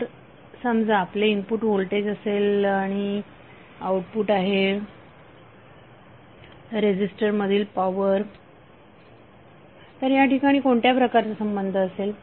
जर समजा आपले इनपुट असेल होल्टेज आणि आउटपुट आहे रेझीस्टर मधील पॉवर तर या ठिकाणी कोणत्या प्रकारचा संबंध असेल